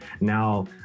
Now